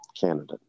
candidate